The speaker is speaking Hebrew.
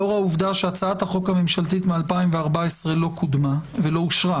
לאור העובדה שהצעת החוק הממשלתית מ-2014 לא קודמה ולא אושרה,